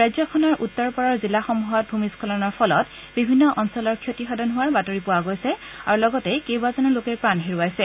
ৰাজ্যখনৰ উত্তৰ পাৰৰ জিলাসমূহত ভূমিস্বলনৰ ফলত বিভিন্ন অঞ্চলৰ ক্ষতি সাধন হোৱাৰ বাতৰি পোৱা হৈছে আৰু লগতে কেইবাজনো লোকে প্ৰাণ হেৰুৱাইছে